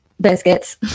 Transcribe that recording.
biscuits